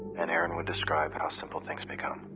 and aaron would describe how simple things become.